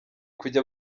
kujya